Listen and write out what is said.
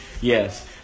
Yes